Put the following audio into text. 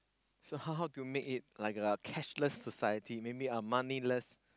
so how how to make it like a cashless society maybe a moneyless